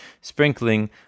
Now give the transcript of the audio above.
sprinkling